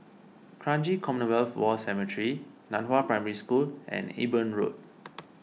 Kranji Commonwealth War Cemetery Nan Hua Primary School and Eben Road